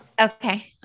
Okay